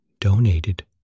donated